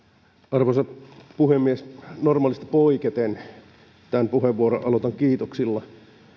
arvoisa puhemies normaalista poiketen tämän puheenvuoron aloitan kiitoksilla